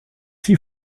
six